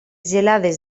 gelades